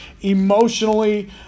emotionally